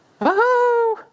Woohoo